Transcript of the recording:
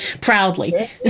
proudly